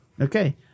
okay